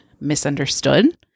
misunderstood